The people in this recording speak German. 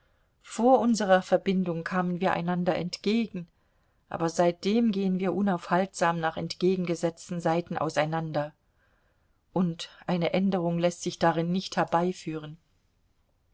vor unserer verbindung kamen wir einander entgegen aber seitdem gehen wir unaufhaltsam nach entgegengesetzten seiten auseinander und eine änderung läßt sich darin nicht herbeiführen